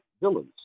villains